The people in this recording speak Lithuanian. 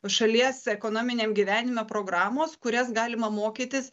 šalies ekonominiam gyvenime programos kurias galima mokytis